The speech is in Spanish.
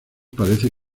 parece